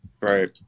Right